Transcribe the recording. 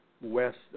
west